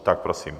Tak prosím.